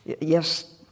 Yes